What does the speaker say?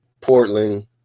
Portland